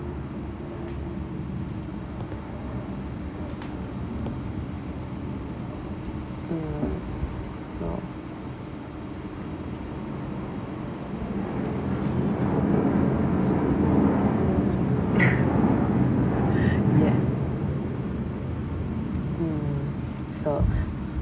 mm so ya mm so